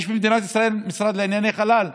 יש במדינת ישראל משרד לענייני חלל?